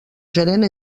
gerent